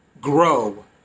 Grow